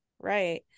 Right